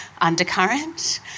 undercurrent